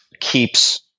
keeps